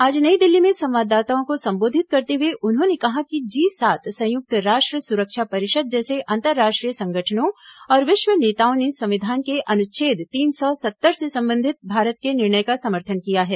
आज नई दिल्ली में संवाददाताओं को संबोधित करते हुए उन्होंने कहा कि जी सात संयुक्त राष्ट्र सुरक्षा परिषद जैसे अतरराष्ट्रीय संगठनों और विश्व नेताओं ने संविधान के अनुच्छेद तीन सौ सत्तर से संबंधित भारत के निर्णय का समर्थन किया है